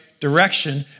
direction